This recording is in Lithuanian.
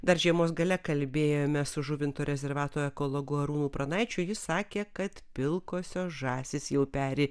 dar žiemos gale kalbėjome su žuvinto rezervato ekologu arūnu pranaičiu jis sakė kad pilkosios žąsys jau peri